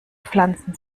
pflanzen